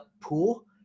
pool